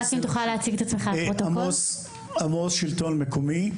אני מהשלטון המקומי,